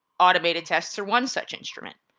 automated tests are one such instrument.